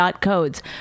Codes